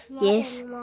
Yes